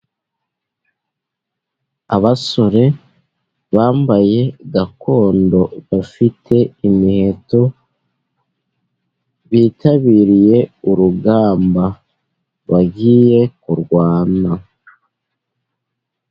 Abasore bambaye gakondo, bafite imiheto, bitabiriye urugamba, bagiye kurwana.